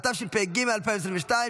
התשפ"ד 2024,